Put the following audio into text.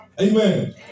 amen